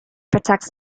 protects